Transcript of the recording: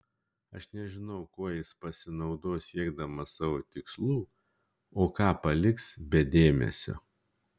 aš nežinau kuo jis pasinaudos siekdamas savo tikslų o ką paliks be dėmesio